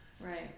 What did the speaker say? Right